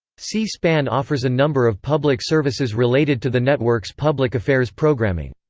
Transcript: c-span offers a number of public services related to the network's public affairs programming.